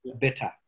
better